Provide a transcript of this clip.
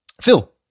Phil